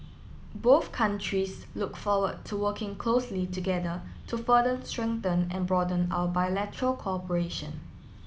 both countries look forward to working closely together to further strengthen and broaden our bilateral cooperation